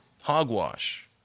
Hogwash